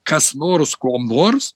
kas nors ko nors